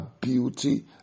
beauty